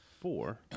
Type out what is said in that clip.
four